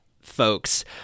folks